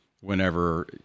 Whenever